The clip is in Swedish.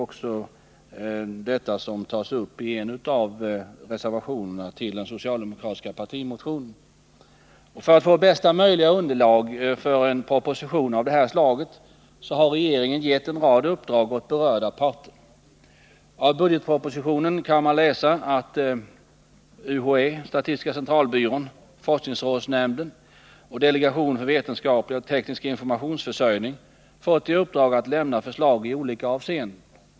För att få bästa möjliga underlag för en proposition av det här slaget har regeringen gett en rad uppdrag åt berörda parter. Av budgetpropositionen framgår sålunda att UHÄ, statistiska centralbyrån, forskningsrådsnämnden och delegationen för vetenskaplig och teknisk informationsförsörjning fått i uppdrag att lämna förslag i olika avseenden.